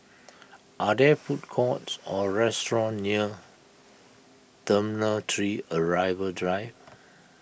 are there food courts or restaurants near Terminal three Arrival Drive